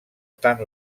tant